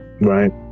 Right